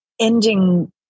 ending